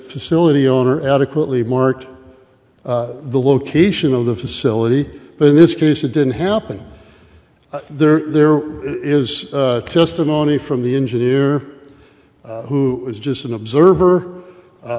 facility owner adequately marked the location of the facility but in this case it didn't happen there there is testimony from the engineer who was just an observer